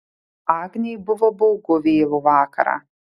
agnei buvo baugu vėlų vakarą